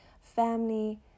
family